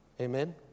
Amen